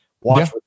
watch